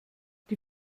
die